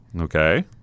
Okay